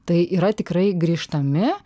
tai yra tikrai grįžtami